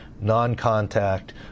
non-contact